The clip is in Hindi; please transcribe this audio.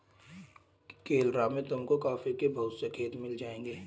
केरला में तुमको कॉफी के बहुत से खेत मिल जाएंगे